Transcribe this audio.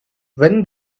when